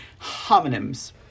homonyms